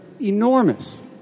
enormous